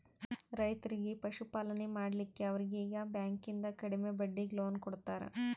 ರೈತರಿಗಿ ಪಶುಪಾಲನೆ ಮಾಡ್ಲಿಕ್ಕಿ ಅವರೀಗಿ ಬ್ಯಾಂಕಿಂದ ಕಡಿಮೆ ಬಡ್ಡೀಗಿ ಲೋನ್ ಕೊಡ್ತಾರ